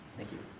thank you.